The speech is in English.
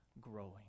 growing